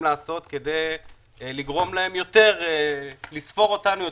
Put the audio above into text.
לעשות כדי לגרום להם לספור אותנו יותר,